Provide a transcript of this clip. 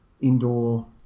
indoor